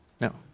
No